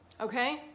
okay